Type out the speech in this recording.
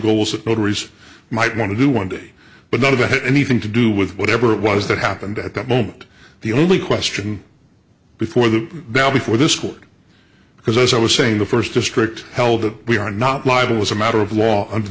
notaries might want to do one day but not to have anything to do with whatever it was that happened at that moment the only question before the bell before this court because as i was saying the first district held that we are not liable as a matter of law under